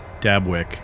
Dabwick